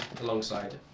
alongside